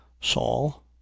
Saul